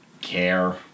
care